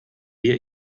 wir